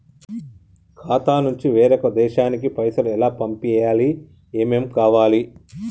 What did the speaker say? ఖాతా నుంచి వేరొక దేశానికి పైసలు ఎలా పంపియ్యాలి? ఏమేం కావాలి?